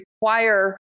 require